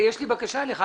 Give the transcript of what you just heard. יש לי בקשה אליך.